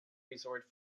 resort